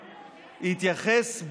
התייחס,